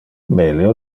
melio